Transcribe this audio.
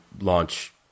launch